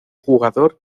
jugador